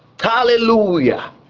Hallelujah